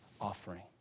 offering